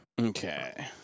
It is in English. Okay